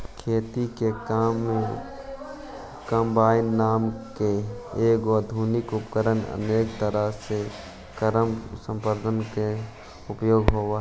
खेती के काम में कम्बाइन नाम के एगो आधुनिक उपकरण अनेक तरह के कारम के सम्पादन करे में उपयोगी हई